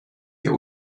der